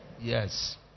Yes